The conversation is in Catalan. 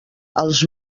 als